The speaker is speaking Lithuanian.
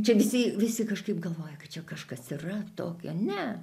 čia visi visi kažkaip galvoja kad čia kažkas yra tokio ne